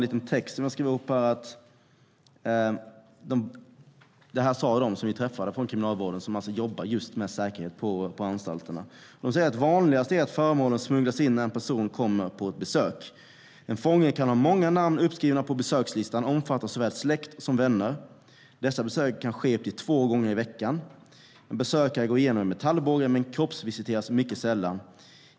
Det här sa de från Kriminalvården som vi träffade och som alltså jobbar med säkerhet på anstalterna: Vanligast är att föremålen smugglas in när en person kommer på besök. En fånge kan ha många namn uppskrivna på besökslistan, omfattande såväl släkt som vänner. Besöken kan ske upp till två gånger i veckan. En besökare går igenom en metallbåge men kroppsvisiteras mycket sällan.